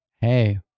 Hey